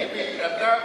טיבי, טיבי, אתה